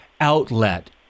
outlet